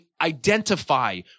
identify